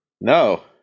No